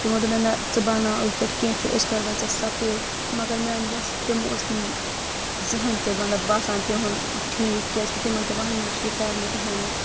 تِمن دوٚپ مےٚ نہ ژٕ بناو أتھۍ پٮ۪ٹھ کینٛہہ چھُنہٕ أسۍ کرٕوٕے ژےٚ سپورٹ مگر میانہِ وٮ۪سہٕ تِم ٲسۍ نہٕ مےٚ زٕہٲنۍ تہِ مطلب باسان تِہُنٛد ٹھیٖک کیٛازِ کہِ تِم ٲسۍ دپان ہمیشہِ یہِ کرِ نہٕ کہیٖنۍ نہٕ